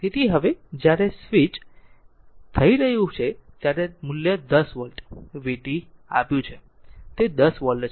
તેથી હવે જ્યારે તે સ્વિચ થઈ રહ્યું છે ત્યારે મૂલ્ય 10 વોલ્ટ v t આપ્યું છે તે 10 વોલ્ટ છે